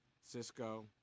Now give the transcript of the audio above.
Cisco